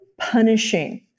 punishing